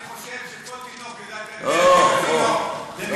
אני חושב שכל תינוק יודע מה תרומת מפעל הפיס.